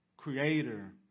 creator